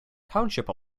township